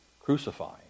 crucifying